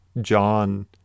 John